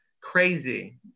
crazy